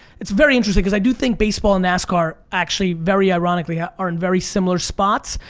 it's very interesting cause i do think baseball and nascar actually very ironically yeah are in very similar spots,